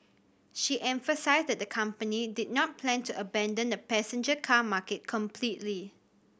she emphasised that the company did not plan to abandon the passenger car market completely